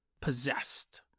possessed